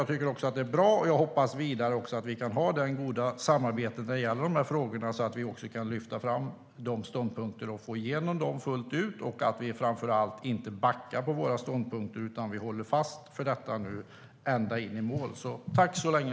Jag tycker att det är bra, och jag hoppas vidare att vi kan ha gott samarbete när det gäller de här frågorna, så att vi kan lyfta fram de här ståndpunkterna och få igenom dem fullt ut och att vi framför allt inte backar på våra ståndpunkter utan håller fast vid dem ända in i mål. Tack så länge!